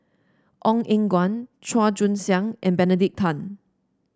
Ong Eng Guan Chua Joon Siang and Benedict Tan